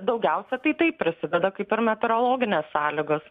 daugiausiai tai prisideda kaip ir meteorologinės sąlygos